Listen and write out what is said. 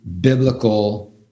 biblical